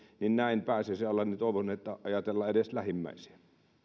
niin näin pääsiäisen alla toivon että ajatellaan edes lähimmäisiä